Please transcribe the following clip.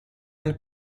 and